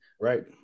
Right